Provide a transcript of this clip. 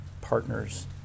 partners